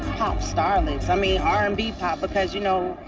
pop starlets. i mean, r and b pop. because, you know,